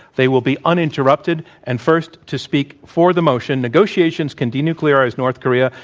they will be uninterrupted and first to speak for the motion negotiations can denuclearize north korea,